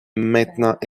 maintenant